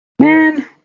Man